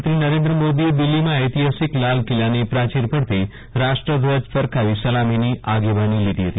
પ્રધાનમંત્રી નરેન્દ્ર મોદીએ દિલ્હીમાં ઐતિહાસીક લાલકિલ્લાની પ્રાચીર પરથી રાષ્ટ્રધ્વજ ફરકાવી સલામીની આગેવાની લીધી હતી